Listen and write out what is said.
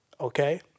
Okay